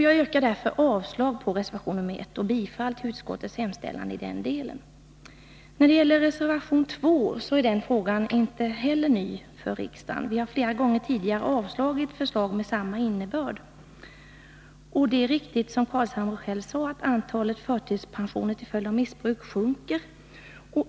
Jag yrkar därför avslag på reservation nr 1 och bifall till utskottets hemställan i denna del. Den fråga som tas uppi reservation nr 2 är inte heller den ny för riksdagen. Vi har flera gånger tidigare avslagit förslag med samma innebörd. Det är riktigt, som herr Carlshamre själv sade, att antalet förtidspensioneringar till följd av missbruk sjunker.